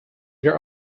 there